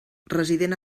resident